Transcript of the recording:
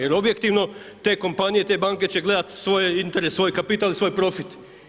Jer objektivno te kompanije, te banke će gledati svoj interes, svoj kapital i svoj profit.